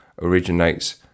originates